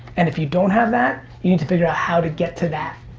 and if you don't have that, you need to figure out how to get to that.